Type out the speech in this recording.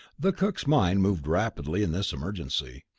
the cook's mind moved rapidly in this emergency.